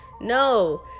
no